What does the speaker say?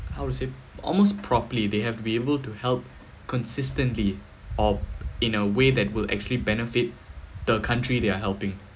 how to say almost properly they have to be able to help consistently or in a way that will actually benefit the country they are helping